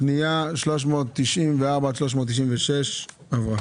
הפנייה 394 עד 396 עברה.